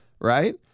right